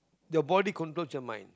your body controls your mind